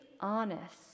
honest